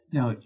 Now